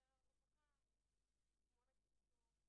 אני תומך בסיכום שלכם מראש.